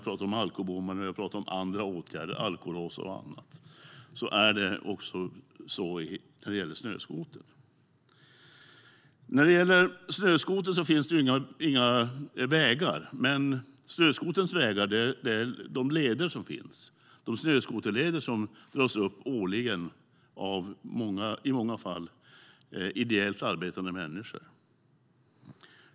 Precis som när vi talar om alkobommar, alkolås och andra åtgärder gäller detta även snöskoter. Det finns inga vägar för snöskotrar. Snöskoterns vägar är de snöskoterleder som årligen dras upp av i många fall ideellt arbetande människor.